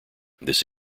this